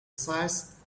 size